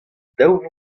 daou